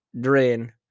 drain